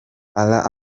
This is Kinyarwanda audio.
allah